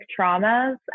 traumas